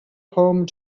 home